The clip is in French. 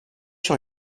sur